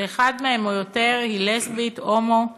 שאחד מהם או יותר, לסבית, הומו,